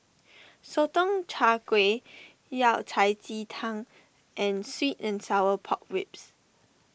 Sotong Char Kway Yao Cai Ji Tang and Sweet and Sour Pork Ribs